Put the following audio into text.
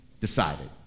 decided